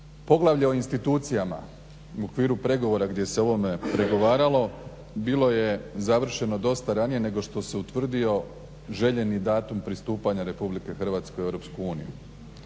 poglavlje o institucijama u okviru pregovora gdje se ovome pregovaralo bilo je završeno dosta ranije nego što se utvrdio željeni datum pristupanja RH EU.